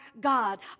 God